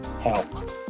help